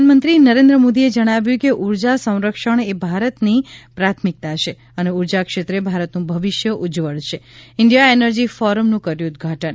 પ્રધાનમંત્રી નરેન્દ્ર મોદીએ જણાવ્યું છે કે ઉર્જા સંરક્ષણ એ ભારતની પ્રાથમિકતા છે અને ઉર્જાક્ષેત્રે ભારતનું ભવિષ્ય ઉજ્જવળ છે ઇન્ડીયા એનર્જી ફોરમનું કર્યું ઉદઘાટન